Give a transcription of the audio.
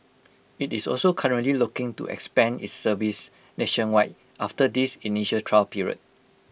IT is also currently looking to expand its service nationwide after this initial trial period